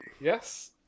Yes